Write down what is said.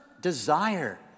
desire